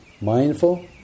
mindful